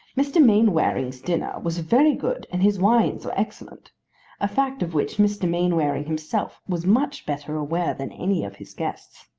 mr. mainwaring's dinner was very good and his wines were excellent a fact of which mr. mainwaring himself was much better aware than any of his guests.